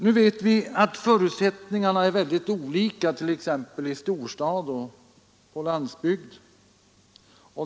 Vi vet att förutsättningarna är väldigt olika t.ex. i storstad och på landsbygd.